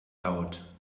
laut